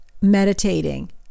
meditating